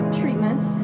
treatments